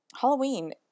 Halloween